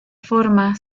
forma